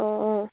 অঁ অঁ